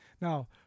Now